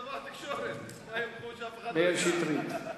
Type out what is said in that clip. מאיר שטרית.